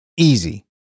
easy